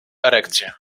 erekcję